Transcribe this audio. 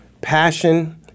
passion